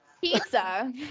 Pizza